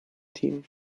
team